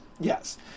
Yes